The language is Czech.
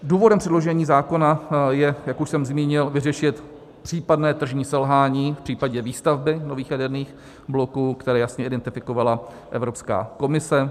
Důvodem předložení zákona je, jak už jsem zmínil, vyřešit případné tržní selhání v případě výstavby nových jaderných bloků, které jasně identifikovala Evropská komise.